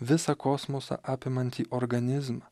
visą kosmosą apimantį organizmą